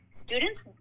students